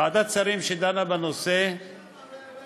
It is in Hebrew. ועדת שרים שדנה בנושא החליטה,